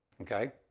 okay